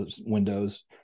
windows